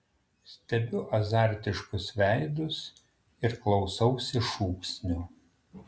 stebiu azartiškus veidus ir klausausi šūksnių